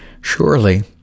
Surely